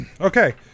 Okay